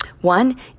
One